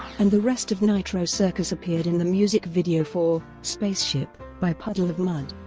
and the rest of nitro circus appeared in the music video for spaceship by puddle of mudd.